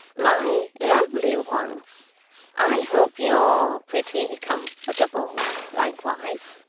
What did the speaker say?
my lovely one i hope you're pretty comfortable likewise